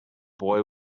boy